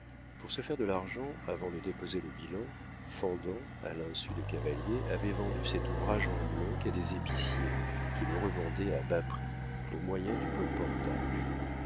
pour se faire de l'argent avant de déposer le bilan fendant à l'insu de cavalier avait vendu cet ouvrage en bloc à des épiciers qui le revendaient à bas prix au moyen du colportage